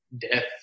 death